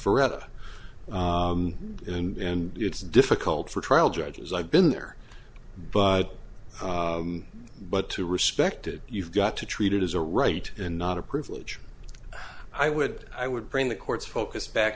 forever and it's difficult for trial judges i've been there but but to respected you've got to treat it as a right and not a privilege i would i would bring the court's focus back